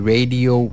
Radio